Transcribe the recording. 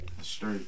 Straight